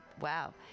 Wow